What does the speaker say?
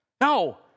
No